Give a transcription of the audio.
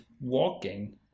walking